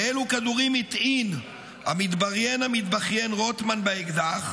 ואלו כדורים הטעין המתבריין המתבכיין רוטמן באקדח?